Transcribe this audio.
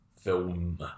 film